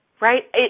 right